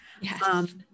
Yes